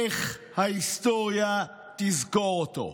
איך ההיסטוריה תזכור אותו?